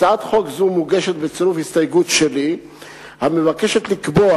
הצעת חוק זו מוגשת בצירוף הסתייגות שלי המבקשת לקבוע